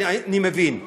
הייתי מבין,